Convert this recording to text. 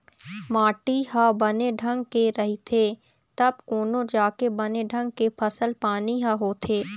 माटी ह बने ढंग के रहिथे तब कोनो जाके बने ढंग के फसल पानी ह होथे